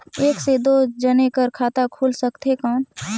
एक से दो जने कर खाता खुल सकथे कौन?